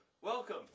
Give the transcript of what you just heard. Welcome